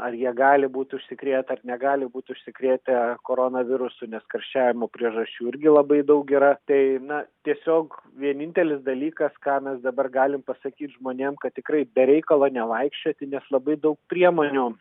ar jie gali būt užsikrėtę ar negali būt užsikrėtę koronavirusu nes karščiavimo priežasčių irgi labai daug yra tai na tiesiog vienintelis dalykas ką mes dabar galim pasakyt žmonėm kad tikrai be reikalo nevaikščioti nes labai daug priemonių